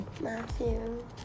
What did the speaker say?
Matthew